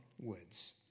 Woods